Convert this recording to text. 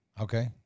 Okay